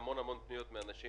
שהם לענף המלונאות לא ייתנו סיוע,